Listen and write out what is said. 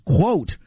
quote